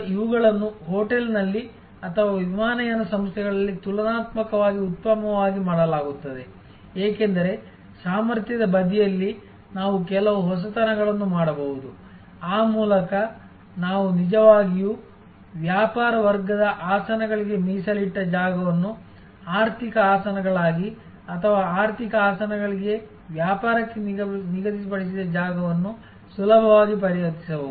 ಇವುಗಳನ್ನು ಹೋಟೆಲ್ನಲ್ಲಿ ಅಥವಾ ವಿಮಾನಯಾನ ಸಂಸ್ಥೆಗಳಲ್ಲಿ ತುಲನಾತ್ಮಕವಾಗಿ ಉತ್ತಮವಾಗಿ ಮಾಡಲಾಗುತ್ತದೆ ಏಕೆಂದರೆ ಸಾಮರ್ಥ್ಯದ ಬದಿಯಲ್ಲಿ ನಾವು ಕೆಲವು ಹೊಸತನಗಳನ್ನು ಮಾಡಬಹುದು ಆ ಮೂಲಕ ನಾವು ನಿಜವಾಗಿಯೂ ವ್ಯಾಪಾರ ವರ್ಗದ ಆಸನಗಳಿಗೆ ಮೀಸಲಿಟ್ಟ ಜಾಗವನ್ನು ಆರ್ಥಿಕ ಆಸನಗಳಾಗಿ ಅಥವಾ ಆರ್ಥಿಕ ಆಸನಗಳಿಗೆ ವ್ಯಾಪಾರಕ್ಕೆ ನಿಗದಿಪಡಿಸಿದ ಜಾಗವನ್ನು ಸುಲಭವಾಗಿ ಪರಿವರ್ತಿಸಬಹುದು